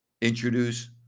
introduce